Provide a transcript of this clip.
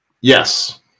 Yes